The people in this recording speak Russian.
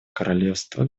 королевства